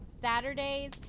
Saturdays